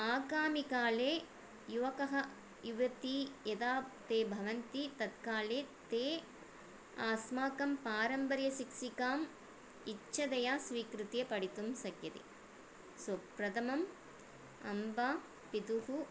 आगामिकाले युवकः युवती यदा ते भवन्ति तत्काले ते अस्माकं पारम्पर्यशिक्षीकां इच्छया स्विकृत्य पठितुं शक्यते सो प्रथमं अम्बा पितुः